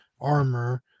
armor